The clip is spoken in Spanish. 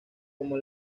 como